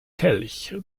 kelch